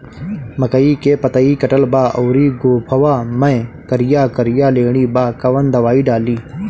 मकई में पतयी कटल बा अउरी गोफवा मैं करिया करिया लेढ़ी बा कवन दवाई डाली?